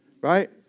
right